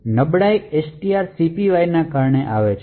નબળાઇ strcpy ને કારણે આવે છે